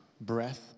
breath